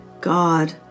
God